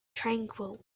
tranquil